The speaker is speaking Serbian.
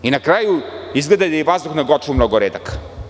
Na kraju, izgleda da je vazduh na Goču mnogo redak.